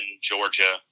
Georgia